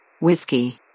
Whiskey